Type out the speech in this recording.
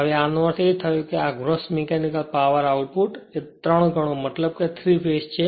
હવે આનો અર્થ એ થયો કે આ ગ્રોસ મીકેનિકલ પાવર આઉટપુટ એ 3 ગણો મતલબ ૩ ફેજ છે